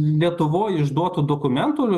lietuvoj išduotų dokumentų